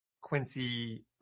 Quincy